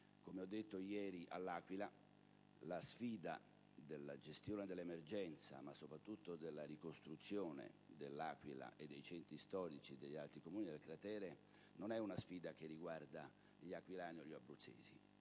Come ho ricordato ieri all'Aquila, la sfida della gestione dell'emergenza, ma soprattutto della ricostruzione della città e dei centri storici degli altri Comuni del cratere sismico, non riguarda solo gli aquilani e gli abruzzesi,